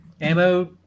ammo